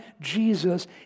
Jesus